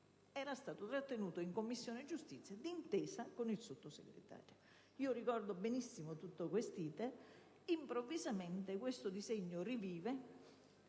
Grazie